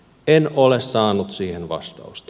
en ole saanut siihen vastausta